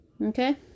Okay